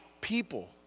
people